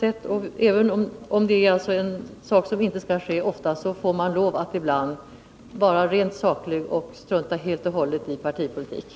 Även om det är något som inte skall ske ofta får man ibland lov att vara rent saklig och strunta helt och hållet i partipolitiken.